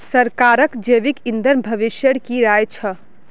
सरकारक जैविक ईंधन भविष्येर की राय छ